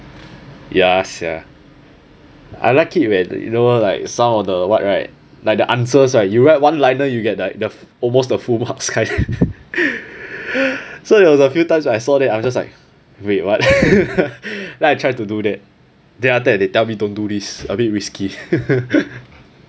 ya sia I like it when you know like some of the what right like the answers right you write one liner you get the almost the full marks kind so there was a few times I saw that I'm just like wait what then I try to do that then after that they tell me don't do this a bit risky